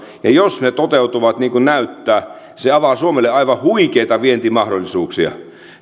ja jos ne ne toteutuvat niin kuin näyttää se avaa suomelle aivan huikeita vientimahdollisuuksia